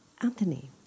Anthony